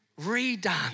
redone